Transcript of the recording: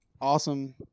awesome